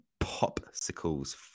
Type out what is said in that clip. popsicles